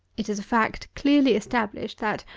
it is a fact clearly established, that,